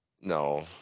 No